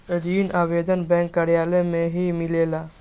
ऋण आवेदन बैंक कार्यालय मे ही मिलेला?